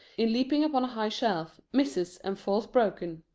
in leaping upon a high shelf, misses and falls broken.